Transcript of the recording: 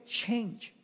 change